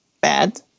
bad